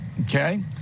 okay